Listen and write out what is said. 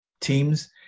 teams